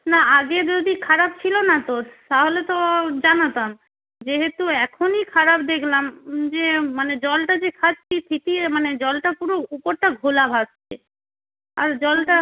না আগে যদি খারাপ ছিলো না তো তাহলে তো জানাতাম যেহেতু এখনই খারাপ দেখালাম যে মানে জলটা যে খাচ্ছি সিটিয়ে মানে জলটা পুরো উপরটা ঘোলা ভাসছে আর জলটা